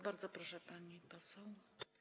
Bardzo proszę, pani poseł.